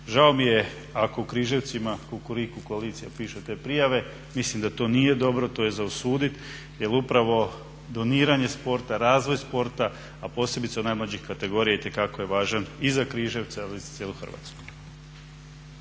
Žao mi je ako u Križevcima Kukuriku koalicija piše te prijave, mislim da to nije dobro, to je za osuditi jer upravo doniranje sporta, razvoj sporta a posebice od najmlađih kategorija itekako je važan i za Križevce ali i za cijelu Hrvatsku.